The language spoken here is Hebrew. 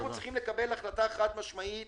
אנחנו צריכים לקבל החלטה חד-משמעית